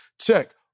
check